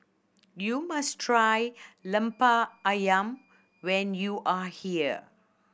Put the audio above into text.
you must try Lemper Ayam when you are here